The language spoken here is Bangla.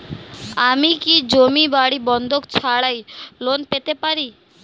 আমি কি জমি বাড়ি বন্ধক ছাড়াই লোন পেতে পারি?